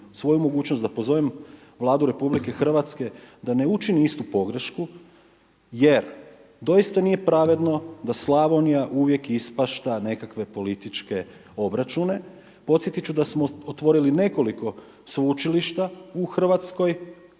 svoju mogućnost da pozovem Vladu Republike Hrvatske da ne učini istu pogrešku jer doista nije pravedno da Slavonija uvijek ispašta nekakve političke obračune. Podsjetiti ću da smo otvorili nekoliko sveučilišta u Hrvatskoj,